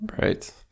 right